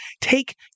take